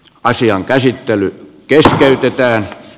asian käsittelyä kesä pyytää